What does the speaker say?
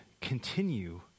continue